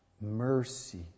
mercy